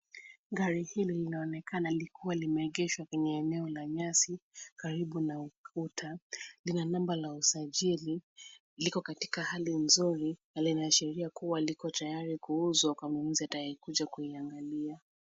Gari hili linaonekana likiwa limeegeshwa kwenye eneo la nyasi karibu na ukuta. Lina namba ya usajili, liko katika hali nzuri na linaashiria kuwa liko tayari kuuzwa kwa mnunuzi atakayekuja kuiangalia.